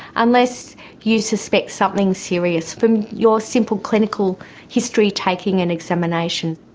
unless you suspect something serious from your simple clinical history taking and examination.